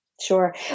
Sure